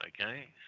Okay